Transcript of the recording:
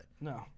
No